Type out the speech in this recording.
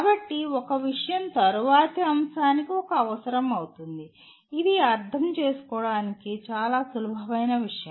కాబట్టి ఒక విషయం తరువాతి అంశానికి ఒక అవసరం అవుతుంది ఇది అర్థం చేసుకోవడానికి చాలా సులభమైన విషయం